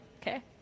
Okay